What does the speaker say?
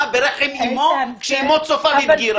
שנה, ברחם אימו, כשאימו צופה והיא בגירה.